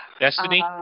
destiny